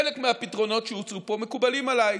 חלק מהפתרונות שהוצעו פה מקובלים עליי.